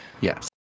Yes